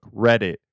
Reddit